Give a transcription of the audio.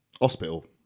hospital